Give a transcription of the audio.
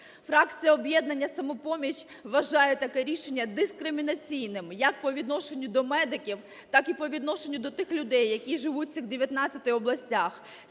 Фракція "Об'єднання "Самопоміч" вважає таке рішення дискримінаційним як по відношенню до медиків, так і по відношенню до тих людей, які живуть в цих 19 областях.